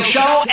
Show